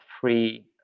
free